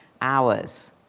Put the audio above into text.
hours